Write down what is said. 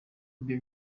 ibyo